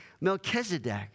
Melchizedek